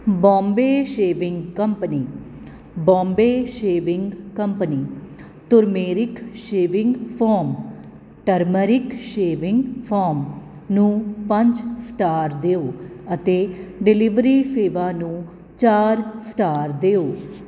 Bombay shaving company Bombay shaving company turmeric shaving foam turmeric shaving foam ਨੂੰ ਪੰਜ star ਦਿਓ ਅਤੇ ਡਿਲੀਵਰੀ ਸੇਵਾ ਨੂੰ ਚਾਰ ਸਟਾਰ ਦਿਓ